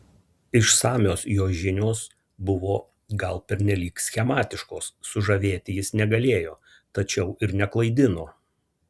išsamios jo žinios buvo gal pernelyg schematiškos sužavėti jis negalėjo tačiau ir neklaidino